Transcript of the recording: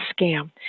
scam